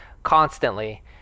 Constantly